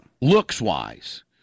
looks-wise